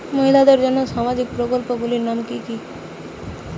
মহিলাদের জন্য সামাজিক প্রকল্প গুলির নাম কি কি?